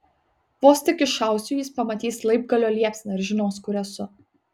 vos tik iššausiu jis pamatys laibgalio liepsną ir žinos kur esu